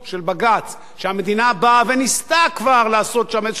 שהמדינה באה וניסתה כבר לעשות שם איזה תרגיל קטן,